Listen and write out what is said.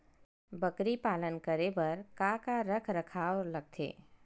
बकरी पालन करे बर काका रख रखाव लगथे?